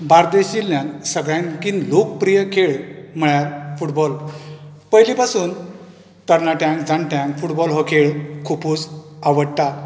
बार्देश जिल्ल्यांत सगळ्यानकीन लोकप्रीय खेळ म्हणल्यार फुटबॉल पयलीं पासून तरणाट्यांक जाण्ट्यांक फुटबॉल हो खेळ खुबूच आवडटा